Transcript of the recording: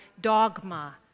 dogma